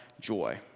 joy